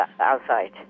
outside